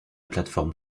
plateforme